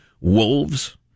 wolves